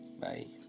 bye